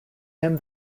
him